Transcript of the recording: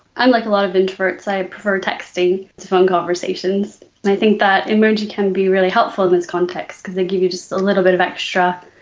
i'm like a lot of introverts, i prefer texting to phone conversations. i think that emoji can be really helpful in this context because they give you just a little bit of extra,